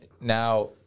now